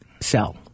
sell